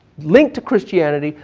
linked to christianity,